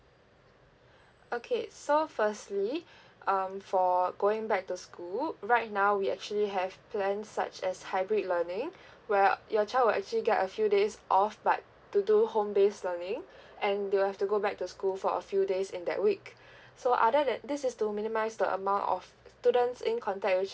okay so firstly um for going back to school right now we actually have plans such as hybrid learning where your child will actually get a few days off but to do home based learning and they'll have to go back to school for a few days in that week so other than this is to minimize the amount of students in contact with